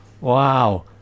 Wow